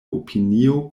opinio